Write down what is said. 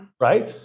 Right